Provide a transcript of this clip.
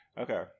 Okay